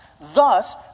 Thus